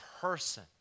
person